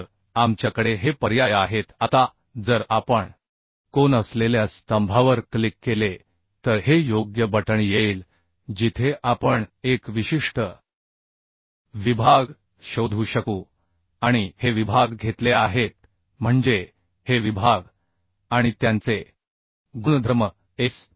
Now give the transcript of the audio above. तर आपल्याकडे हे पर्याय आहेत आता जर आपण कोन असलेल्या स्तंभावर क्लिक केले तर हे योग्य बटण येईल जिथे आपण एक विशिष्ट विभाग शोधू शकू आणि हे विभाग घेतले आहेत म्हणजे हे विभाग आणि त्यांचे गुणधर्म SP